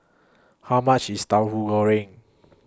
How much IS Tauhu Goreng